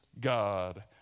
God